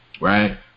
right